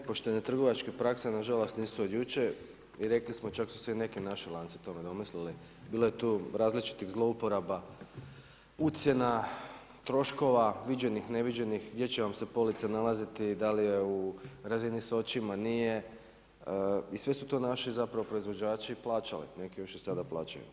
Nepoštene trgovačke praske nažalost nisu od jučer i rekli smo čak su se i neki naši lanci tome domislili, bilo je tu različitih zlouporaba, ucjena, troškova viđenih, neviđenih gdje će vam se police nalaziti, da li je u razini s očima, nije i sve su to naši proizvođači plaćali, neki još i sada plaćaju.